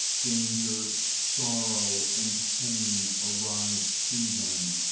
danger, sorrow, and pain arrive to them,